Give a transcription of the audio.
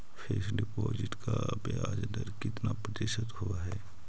Fix deposit का ब्याज दर कितना प्रतिशत होब है?